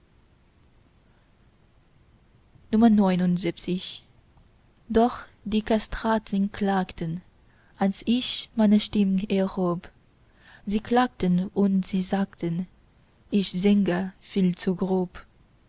doch die kastraten klagten als ich meine stimm erhob sie klagten und sie sagten ich sänge viel zu grob